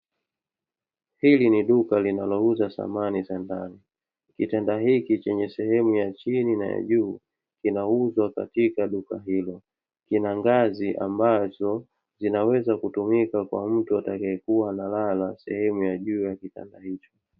Hili ni duka linalo uza samani za ndani kitanda, hiki chenye sehemu ya chini na ya juu kinauzwa katika duka hilo kina ngazi ambazo zinaweza kutumika kwa mtu atakayekuwa analala sehemu ya juu ya kitanda hicho.